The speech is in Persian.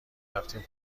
رفتیم